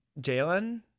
Jalen